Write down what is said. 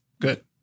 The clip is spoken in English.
Good